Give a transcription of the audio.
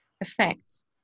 effects